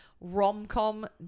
rom-com